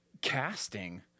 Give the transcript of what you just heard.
casting